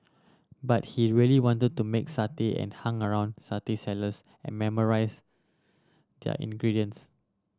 but he really wanted to make satay and hung around satay sellers and memorise their ingredients